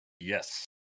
Yes